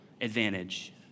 advantage